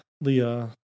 Leah